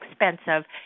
expensive